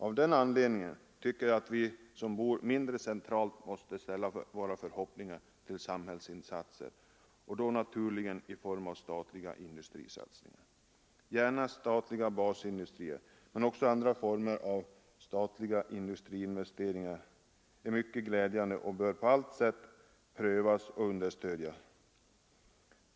Av den anledningen tycker jag att vi som bor mindre centralt måste ställa våra förhoppningar till samhällsinsatser och då naturligen i form av statliga industrisatsningar. Statliga basindustrier men även andra former av statliga industriinvesteringar är mycket glädjande och bör på allt sätt prövas och understödjas.